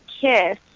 KISS